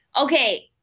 okay